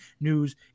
news